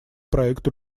проекту